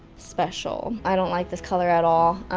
special. i don't like this color at all.